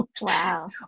Wow